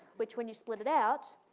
which when you split it out,